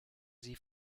sie